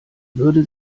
würde